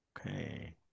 Okay